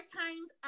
times